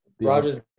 Rogers